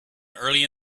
early